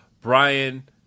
Brian